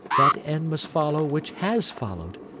that end must follow which has followed,